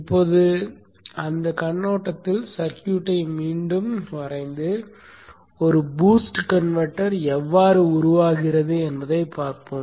இப்போது அந்தக் கண்ணோட்டத்தில் சர்க்யூட்டை மீண்டும் வரைந்து ஒரு பூஸ்ட் கன்வெர்ட்டர் எவ்வாறு உருவாகிறது என்பதைப் பார்ப்போம்